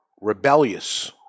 Rebellious